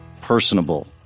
personable